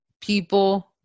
people